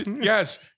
Yes